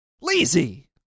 Lazy